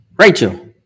Rachel